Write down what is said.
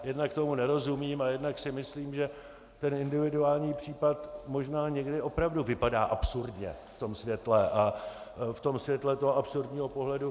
Jednak tomu nerozumím a jednak si myslím, že ten individuální případ možná někdy opravdu vypadá absurdně v tom světle absurdního pohledu.